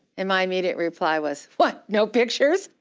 and my immediate reply was what, no pictures?